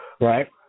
Right